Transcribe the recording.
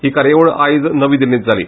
ही कार्यावळ आज नवी दिल्लींत जाली